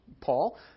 Paul